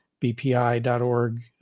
bpi.org